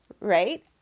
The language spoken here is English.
right